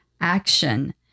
action